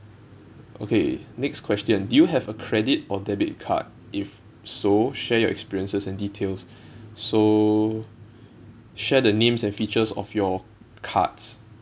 okay next question do you have a credit or debit card if so share your experiences and details so share the names and features of your cards